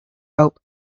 hope